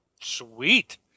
Sweet